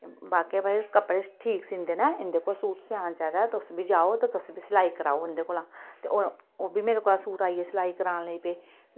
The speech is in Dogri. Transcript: बाकई भई कपड़े ठीक सीह्ंदे न इंदे कोल सूट सेआना चाहिदा ऐ तुस बी जाओ ते तुस बी सलाई कराओ इंदे कोला ते ओह्बी मेरे कोला सूट आइयै सिलाई करान लग्गी पे